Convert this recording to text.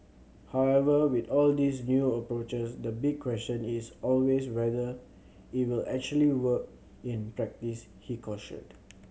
however with all these new approaches the big question is always whether it will actually work in practice he cautioned